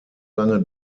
lange